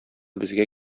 безгә